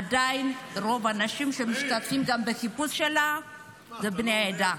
עדיין רוב האנשים שמשתתפים בחיפוש שלה הם בני העדה.